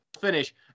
finish